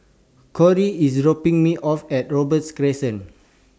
Corry IS dropping Me off At Robey's Crescent